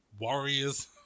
Warriors